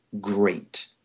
great